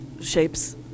shapes